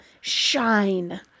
shine